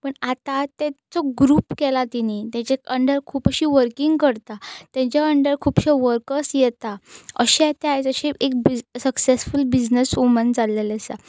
पूण आतां तेचो ग्रूप केला तेणी तेजे अंडर खूब अशीं वर्किंग करता तेजे अंडर खुबशे वर्कर्स येता अशें तें आयज अशें एक बिझ सक्सॅसफूल बिझनसवुमन जाल्लेलें आसा